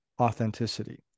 authenticity